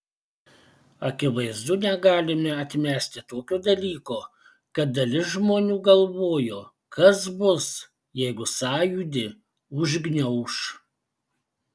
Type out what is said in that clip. akivaizdu negalime atmesti tokio dalyko kad dalis žmonių galvojo kas bus jeigu sąjūdį užgniauš